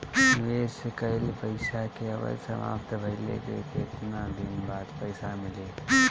निवेश कइल पइसा के अवधि समाप्त भइले के केतना दिन बाद पइसा मिली?